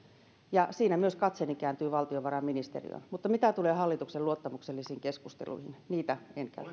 ja myös siinä katseeni kääntyy valtiovarainministeriöön mutta mitä tulee hallituksen luottamuksellisiin keskusteluihin niin niitä en